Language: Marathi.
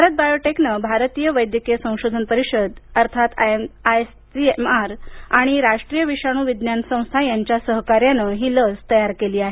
भारत बायोटेकनं भारतीय वैद्यकीय संशोधन परिषद आणि राष्ट्रीय विषाणु विज्ञान संस्था यांच्या सहकार्यानं ही लस तयार केली आहे